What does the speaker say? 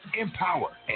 empower